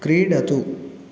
क्रीडतु